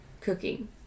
cooking